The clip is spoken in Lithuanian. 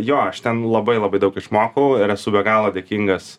jo aš ten labai labai daug išmokauir esu be galo dėkingas